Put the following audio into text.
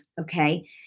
Okay